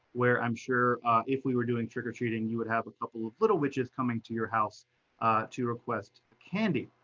where i'm sure if we were doing trick or treating, you would have a couple of little witches coming to your house to request candy.